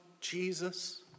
Jesus